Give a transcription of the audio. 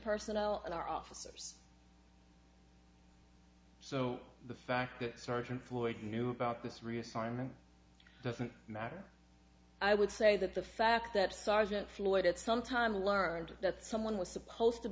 personnel and our officers so the fact that sergeant floyd knew about this reassignment doesn't matter i would say that the fact that sergeant floyd at some time learned that someone was supposed to